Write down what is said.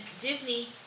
Disney